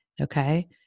Okay